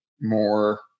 more